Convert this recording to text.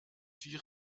sie